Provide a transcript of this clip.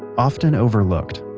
often overlooked,